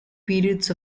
periods